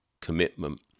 commitment